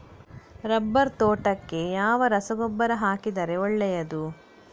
Rubber ತೋಟಕ್ಕೆ ಯಾವ ರಸಗೊಬ್ಬರ ಹಾಕಿದರೆ ಒಳ್ಳೆಯದು?